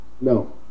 No